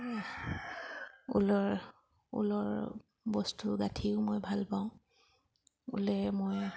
ঊলৰ ঊলৰ বস্তু গাঁঠিও মই ভালপাওঁ ঊলেৰে মই